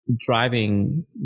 driving